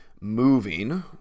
moving